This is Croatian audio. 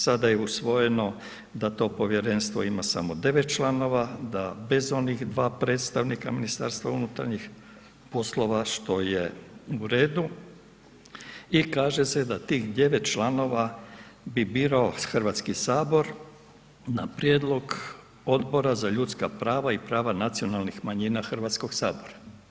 Sada je usvojeno da to povjerenstvo ima samo 9 članova, da bez onih dva predstavnika MUP-a što je u redu i kaže se da tih 9 članova bi birao Hrvatski sabor na prijedlog Odbora za ljudska prava i prava nacionalnih manjina Hrvatskog sabora.